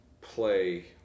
play